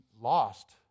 lost